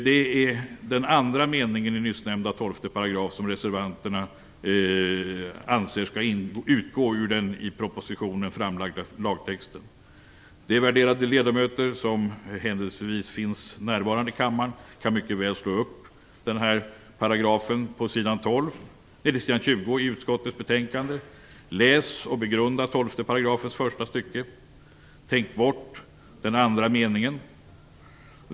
Det är den andra meningen i nyssnämnda 12 § som reservanterna anser skall utgå ur den i propositionen föreslagna lagtexten. De värderade ledamöter som händelsevis finns närvarande i kammaren kan mycket väl slå upp lagtexten i fråga på sidan 20 i utskottets betänkande. Läs och begrunda 12 § första stycket! Tänk bort den andra meningen!